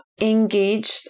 engaged